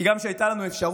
כי גם כשהייתה לנו אפשרות